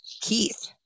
Keith